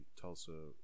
Tulsa